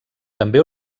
també